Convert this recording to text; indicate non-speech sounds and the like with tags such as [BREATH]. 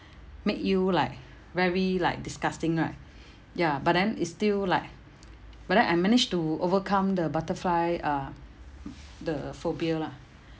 make you like very like disgusting right [BREATH] ya but then it's still like but then I managed to overcome the butterfly uh the phobia lah